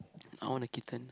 I want a kitten